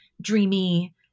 dreamy